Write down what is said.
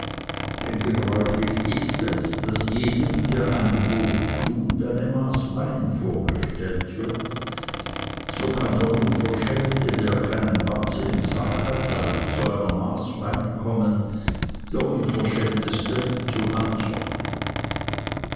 denn gebräuchlich ist es daß jedem der ein gebot tut eine maß wein vorgestellt wird so kann der unverschämte der keinen batzen im sack hat leicht zu einer maß wein kommen der unverschämteste zu mancher